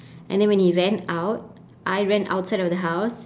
and then when he ran out I ran outside of the house